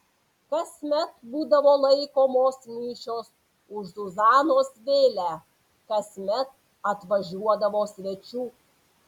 kasmet būdavo laikomos mišios už zuzanos vėlę kasmet atvažiuodavo svečių